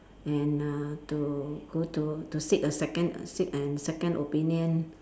and uh to go to to seek a second seek a second opinion